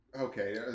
Okay